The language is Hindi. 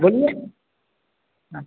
बोलिए हाँ